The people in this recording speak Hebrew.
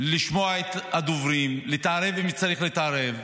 לשמוע את הדוברים, להתערב אם צריך להתערב.